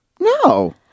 No